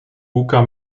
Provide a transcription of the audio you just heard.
hooker